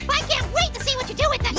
i can't wait to see what you do with